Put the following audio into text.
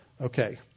Okay